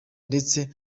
ndetse